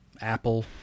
Apple